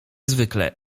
zwykle